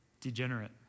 degenerate